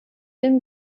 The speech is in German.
dem